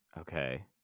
okay